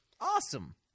Awesome